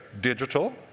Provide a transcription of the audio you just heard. digital